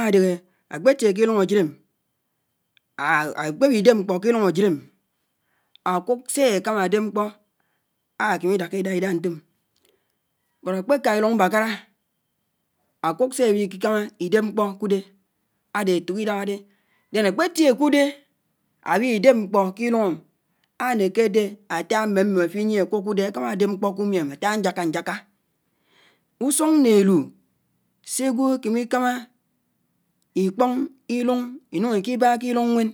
adéhé akpetié kílùñ ásídém ákpewí déb mkpó kílùñ ásídém ákùk sé ákámá ádéb mkpó ákémì dáká ídá, ídá ñtòm but ákpéká ìlùñ mbáráká ákuk séwíkínámá ídéb mkpó kùdé ádé éfòk idáhádé then ákpétié kùdé áwidéb mkpó kilùnm ánéké adé átá mmém, mmém áfíyie ákùk kùdé ákámá ádéb mkpó kùmiém áfá ñjáká ñjáká. Ùsùn né élù ségwò ákémé íkámá ikpóñ ílùñ ínùñ íkíbá kílùñ ñwén.